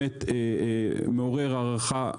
מעורר ההערכה והמרשים,